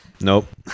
Nope